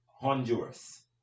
honduras